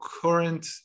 current